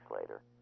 later